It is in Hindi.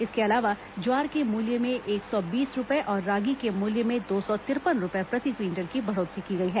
इसके अलावा ज्वार के मूल्य में एक सौ बीस रुपये और रागी के मूल्य में दो सौ तिरपन रुपये प्रति क्विंटल की बढ़ोतरी की गई है